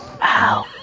Wow